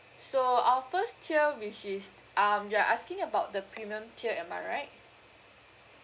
so our first tier which is um you are asking about the premium tier am I right